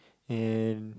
and